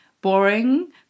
boring